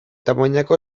tamainako